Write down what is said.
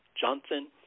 Johnson